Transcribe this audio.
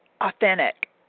authentic